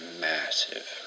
massive